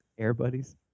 Airbuddies